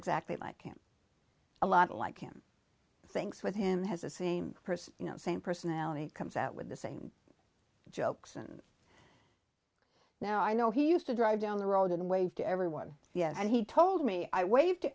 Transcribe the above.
exactly like him a lot of like him thinks with him has the same person you know same personality comes out with the same jokes and now i know he used to drive down the road and wave to everyone yes and he told me i waved to